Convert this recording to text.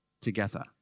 together